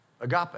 Agape